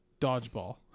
dodgeball